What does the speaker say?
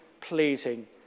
pleasing